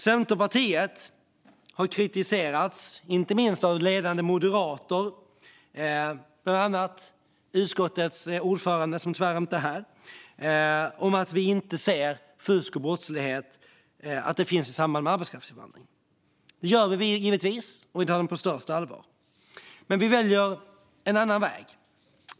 Centerpartiet har kritiserats inte minst av ledande moderater - bland annat utskottets ordförande, som tyvärr inte är här - för att vi inte ser att fusk och brottslighet finns i samband med arbetskraftsinvandring. Det gör vi givetvis, och vi tar det på största allvar. Men vi väljer en annan väg.